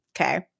okay